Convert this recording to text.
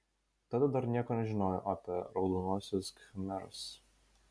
tada dar nieko nežinojau apie raudonuosius khmerus